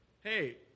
Hey